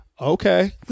Okay